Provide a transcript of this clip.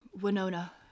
Winona